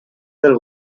del